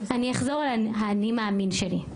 אני אחזור על האני מאמין שלי.